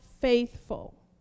faithful